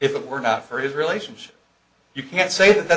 if it were not for his relationship you can't say that